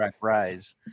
rise